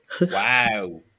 Wow